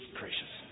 gracious